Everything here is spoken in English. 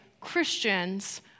Christians